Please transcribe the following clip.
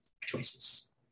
choices